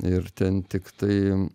ir ten tiktai